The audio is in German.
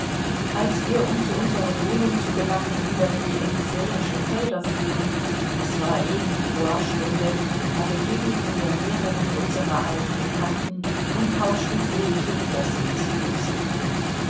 als wir um zu unserer wohnung zu gelangen über die elysäischen felder fuhren es war eben die bois stunde da begegneten wir mehreren unserer alten bekannten und tauschten fröhliche